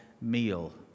meal